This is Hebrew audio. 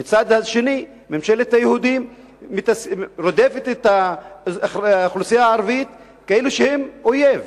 ומצד שני ממשלת היהודים רודפת את האוכלוסייה הערבית כאילו שהם אויב,